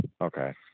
Okay